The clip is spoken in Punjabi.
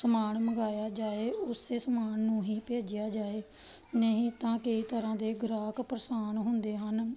ਸਮਾਨ ਮੰਗਵਾਇਆ ਜਾਵੇ ਉਸ ਸਮਾਨ ਨੂੰ ਹੀ ਭੇਜਿਆ ਜਾਵੇ ਨਹੀਂ ਤਾਂ ਕਈ ਤਰ੍ਹਾਂ ਦੇ ਗ੍ਰਾਹਕ ਪ੍ਰੇਸ਼ਾਨ ਹੁੰਦੇ ਹਨ